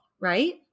right